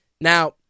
Now